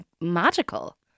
magical